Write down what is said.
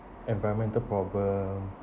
environmental problem